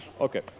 Okay